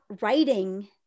writing